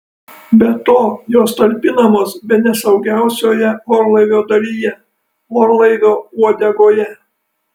be to jos talpinamos bene saugiausioje orlaivio dalyje orlaivio uodegoje